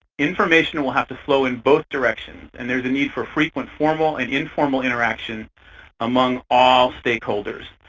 information will have to flow in both directions. and there's a need for frequent formal and informal interaction among all stakeholders.